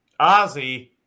Ozzy